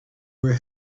were